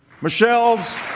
Michelle's